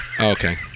Okay